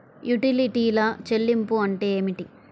యుటిలిటీల చెల్లింపు అంటే ఏమిటి?